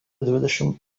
dvidešimt